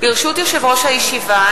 ברשות יושב-ראש הישיבה,